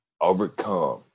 overcome